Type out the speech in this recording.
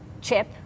chip